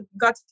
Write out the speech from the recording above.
got